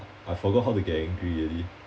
I forgot how to get angry already